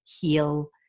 heal